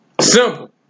simple